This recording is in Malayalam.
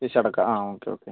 ഫിഷ് അടക്കം ആ ഓക്കെ ഓക്കെ